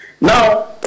Now